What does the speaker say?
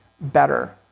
better